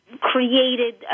created